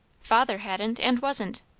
father hadn't and wasn't.